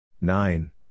Nine